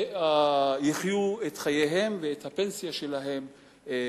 לחיות את חייהם מהפנסיה שלהם בכבוד.